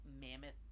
mammoth